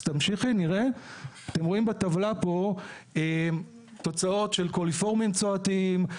אתם רואים בטבלה פה תוצאות של קוליפורמים צואתיים,